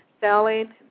selling